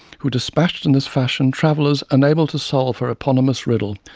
who despatched in this fashion travellers unable to solve her eponymous riddle,